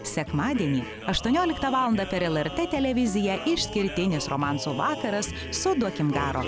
sekmadienį aštuonioliktą valandą per elertė televiziją išskirtinis romansų vakaras su duokim garo